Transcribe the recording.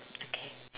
okay